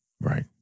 Right